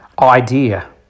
Idea